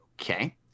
okay